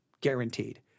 guaranteed